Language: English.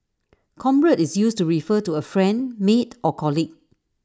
comrade is used to refer to A friend mate or colleague